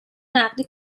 نقدی